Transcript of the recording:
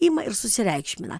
ima ir susireikšmina